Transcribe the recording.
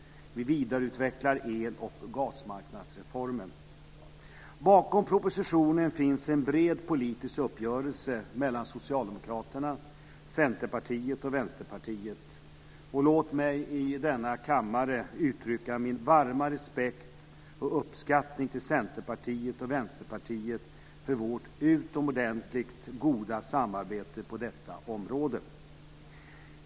Vi vidareutvecklar el och gasmarknadsreformen. Bakom propositionen finns en bred politisk uppgörelse mellan Socialdemokraterna, Centerpartiet och Vänsterpartiet. Låt mig i denna kammare uttrycka min varma respekt och uppskattning till Centerpartiet och Vänsterpartiet för vårt utomordentligt goda samarbete på detta område.